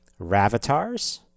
Ravatars